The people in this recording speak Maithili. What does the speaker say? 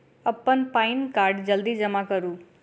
अप्पन पानि कार्ड जल्दी जमा करू?